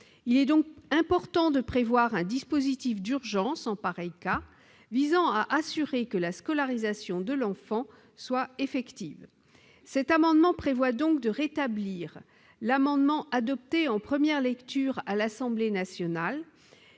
Il est donc important de prévoir un dispositif d'urgence en pareil cas, visant à assurer que la scolarisation de l'enfant soit effective. Cet amendement tend donc à rétablir la disposition adoptée en première lecture à l'Assemblée nationale